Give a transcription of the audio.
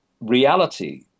reality